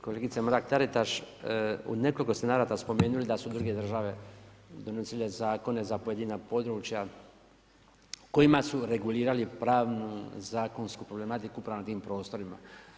Kolegice Mrak-Taritaš, u nekoliko ste navrata spomenuli da su druge države donosile zakone za pojedina područja kojima su regulirali pravnu, zakonsku problematiku upravo na tim prostorima.